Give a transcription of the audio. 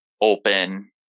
open